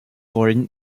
wollen